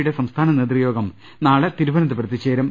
യുടെ സംസ്ഥാന നേതൃയോഗം നാളെ തിരുവനന്തപുരത്ത് ചേരും